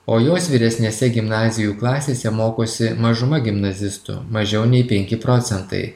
o juos vyresnėse gimnazijų klasėse mokosi mažuma gimnazistų mažiau nei penki procentai